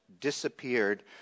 disappeared